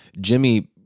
Jimmy